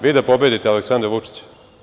Vi da pobedite Aleksandra Vučića?